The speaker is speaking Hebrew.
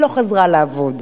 היא לא חזרה לעבוד,